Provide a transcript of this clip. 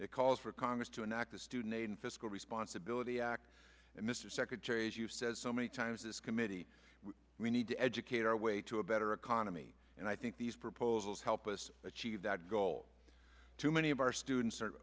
that calls for congress to enact the student in fiscal responsibility act and mr secretary as you've said so many times this committee we need to educate our way to a better economy and i think these proposals help us achieve that goal to many of our students